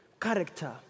character